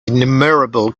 innumerable